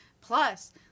plus